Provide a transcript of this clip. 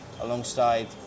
alongside